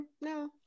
no